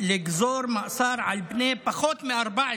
שמבקש לגזור מאסר על בני פחות מ-14